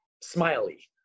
smiley